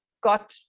got